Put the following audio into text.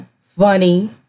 funny